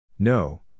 No